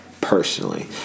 personally